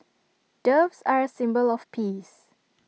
doves are A symbol of peace